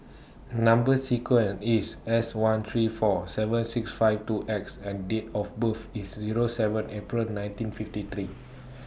Number sequence IS S one three four seven six five two X and Date of birth IS Zero seven April nineteen fifty three